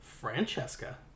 Francesca